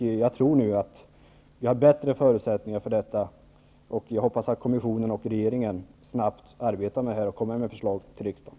Jag tror nu att vi har bättre förutsättningar för det än tidigare. Jag hoppas att kommissionen och regeringen arbetar snabbt och kommer med förslag till riksdagen.